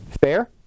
Fair